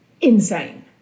insane